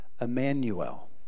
Emmanuel